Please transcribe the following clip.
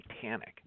Titanic